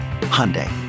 Hyundai